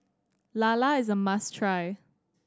lala is a must try